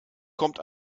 kommt